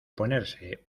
ponerse